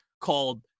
called